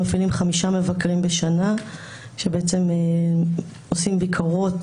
מפעילים חמישה מבקרים בשנה שעושים ביקורות,